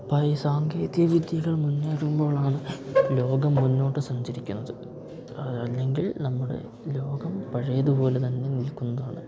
ഇപ്പോൾ ഈ സാങ്കേതികവിദ്യകൾ മുന്നേറുമ്പോഴാണ് ലോകം മുന്നോട്ട് സഞ്ചരിക്കുന്നത് അതല്ലെങ്കിൽ നമ്മുടെ ലോകം പഴയതുപോലെ തന്നെ നിൽക്കുന്നതാണ്